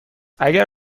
اگر